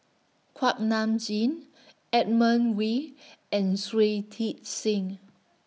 Kuak Nam Jin Edmund Wee and Shui Tit Sing